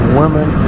women